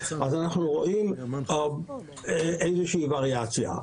אנחנו רואים איזושהי וריאציה.